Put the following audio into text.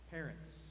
Parents